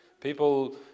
People